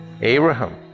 Abraham